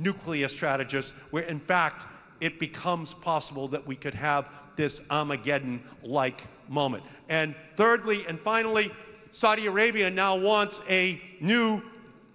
nuclear strategists where in fact it becomes possible that we could have this again like moment and thirdly and finally saudi arabia now wants a new